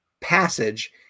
passage